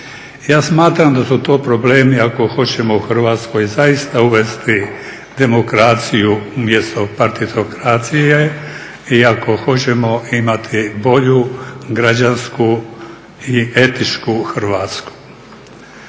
Ja smatram da su to problemi ako hoćemo u Hrvatskoj zaista uvesti demokraciju umjesto partitokracije i ako hoćemo imati bolju građansku i etičku Hrvatsku.